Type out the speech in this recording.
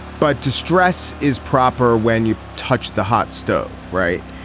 but distress is proper when you touch the hot stove. right.